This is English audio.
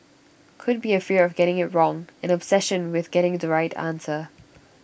could be A fear of getting IT wrong an obsession with getting the right answer